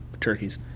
turkeys